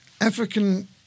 African